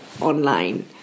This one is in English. online